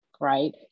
right